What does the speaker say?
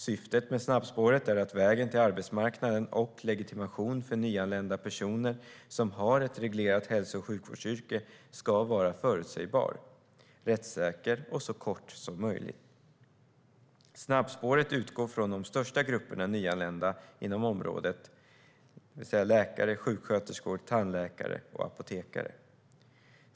Syftet med snabbspåret är att vägen till arbetsmarknaden och legitimation för nyanlända personer som har ett reglerat hälso och sjukvårdsyrke ska vara förutsägbar, rättssäker och så kort som möjligt. Snabbspåret utgår från de största grupperna nyanlända inom området, det vill säga läkare, sjuksköterskor, tandläkare och apotekare.